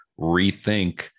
rethink